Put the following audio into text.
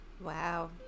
Wow